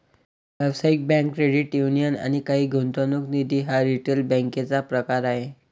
व्यावसायिक bank, credit union आणि काही गुंतवणूक निधी हा रिटेल बँकेचा प्रकार आहे